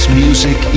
music